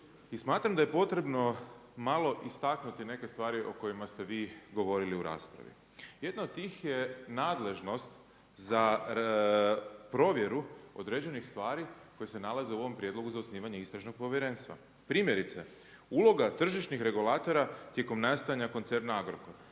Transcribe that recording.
smatram da je potrebno malo istaknuti neke stvari o kojima ste vi govorili u raspravi. Jedna od tih je nadležnost za provjeru određenih stvari koje se nalaze u ovom prijedlogu za osnivanje istražnog povjerenstva. Primjerice, uloga tržišnih regulatora tijekom nastajanja koncerna Agrokora.